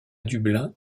dublin